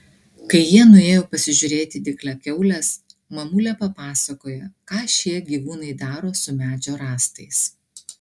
kai jie nuėjo pasižiūrėti į dygliakiaules mamulė papasakojo ką šie gyvūnai daro su medžio rąstais